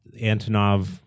Antonov